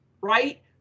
right